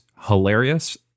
hilarious